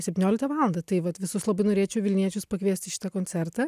septynioliktą valandą tai vat visus labai norėčiau vilniečius pakviest į šitą koncertą